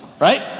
Right